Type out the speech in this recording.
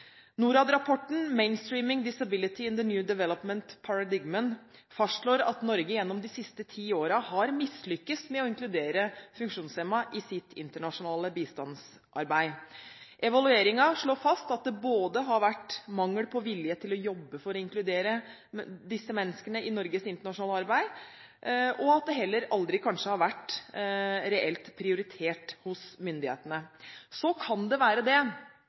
Norad-rapporten «Mainstreaming disability in the new development paradigm» fastslår at Norge gjennom de siste ti årene har mislyktes med å inkludere funksjonshemmede i sitt internasjonale bistandsarbeid. Evalueringen slår fast at det har vært mangel på vilje til å jobbe for å inkludere disse menneskene i Norges internasjonale arbeid, og at dette kanskje heller aldri har vært reelt prioritert hos myndighetene. Det kan også være at Norge har gjort mer enn det